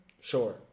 Sure